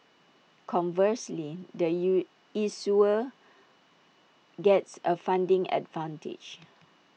conversely the you issuer gets A funding advantage